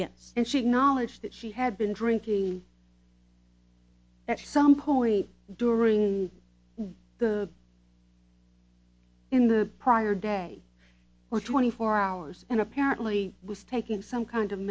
yes and she acknowledged that she had been drinking at some point during the in the prior day or twenty four hours and apparently was taking some kind of